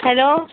hello